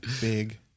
big